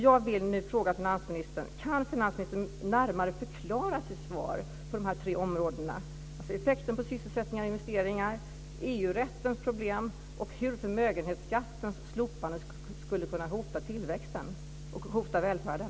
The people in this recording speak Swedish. Jag vill nu fråga finansministern: Kan finansministern närmare förklara sitt svar på de här tre områdena, dvs. effekten på sysselsättning och investeringar, EU-rättens problem och hur förmögenhetsskattens slopande skulle kunna hota tillväxten och välfärden?